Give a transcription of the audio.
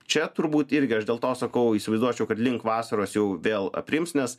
čia turbūt irgi aš dėl to sakau įsivaizduočiau kad link vasaros jau vėl aprims nes